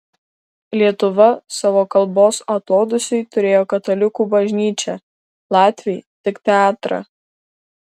lietuva savo kalbos atodūsiui turėjo katalikų bažnyčią latviai tik teatrą